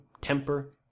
temper